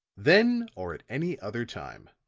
then or at any other time.